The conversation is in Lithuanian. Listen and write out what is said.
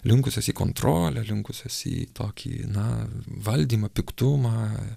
linkusios į kontrolę linkusios į tokį na valdymą piktumą